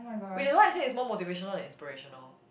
which is why I say is more motivational than inspirational